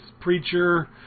preacher